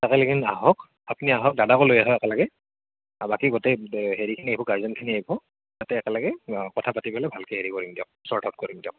আপোনালোকে আহক আপুনি আহক দাদাকো লৈ আহক একেলগে বাকী গোটেই হেৰিখিনি আহিব গাৰ্জেনখিনি আহিব তাতে একেলগে কথা পাতি পেলাই ভালকৈ হেৰি কৰিম দিয়ক শ্বৰ্টআউট কৰিম দিয়ক